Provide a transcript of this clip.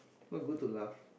not good to laugh